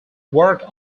work